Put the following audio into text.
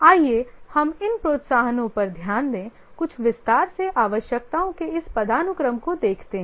आइए हम इन प्रोत्साहनों पर ध्यान दें कुछ विस्तार से आवश्यकताओं के इस पदानुक्रम को देखते हैं